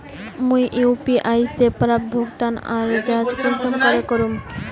मुई यु.पी.आई से प्राप्त भुगतान लार जाँच कुंसम करे करूम?